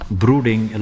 brooding